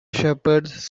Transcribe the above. shepherds